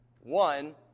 One